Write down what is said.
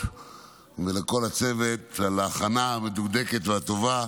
ולכל הצוות על ההכנה המדוקדקת והטובה,